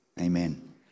Amen